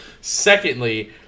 Secondly